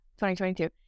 2022